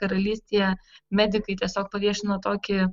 karalystėje medikai tiesiog paviešino tokį